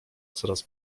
coraz